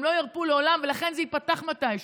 הם לא ירפו לעולם, ולכן זה ייפתח מתישהו.